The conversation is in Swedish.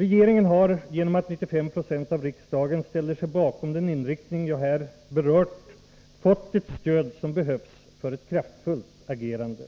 Regeringen har, genom att 95 26 av riksdagen ställer sig bakom den inriktning jag här berört, fått det stöd som behövs för ett kraftfullt agerande.